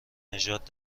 نژاد